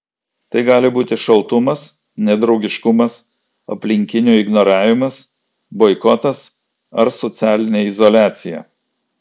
tai gali būti šaltumas nedraugiškumas aplinkinių ignoravimas boikotas ar socialinė izoliacija